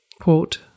Quote